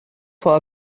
for